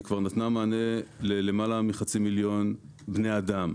והיא כבר נתנה מענה ללמעלה מחצי מיליון בני אדם,